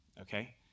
okay